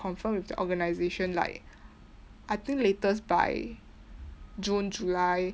confirm with the organisation like I think latest by june july